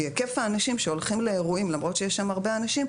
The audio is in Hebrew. כי היקף האנשים שהולכים לאירועים למרות שיש שם הרבה אנשים,